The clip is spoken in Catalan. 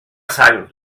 sang